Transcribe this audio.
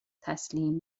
تسلیم